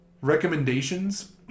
Recommendations